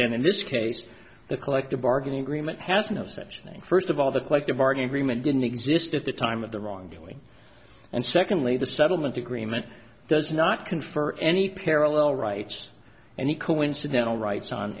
and in this case the collective bargaining agreement has no sectioning first of all the collective bargain agreement didn't exist at the time of the wrongdoing and secondly the settlement agreement does not confer any parallel rights and the coincidental rights on